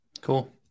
Cool